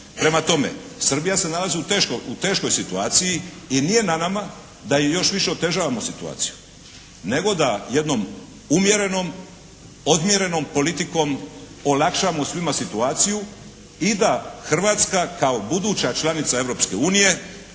Prema tome Srbija se nalazi u teškom, teškoj situaciji. I nije na nama da i još više otežavamo situaciju. Nego da jednom umjerenom, odmjerenom politikom olakšamo svima situaciju. I da Hrvatska kao buduća članica